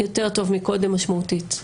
יותר טוב מקודם משמעותית.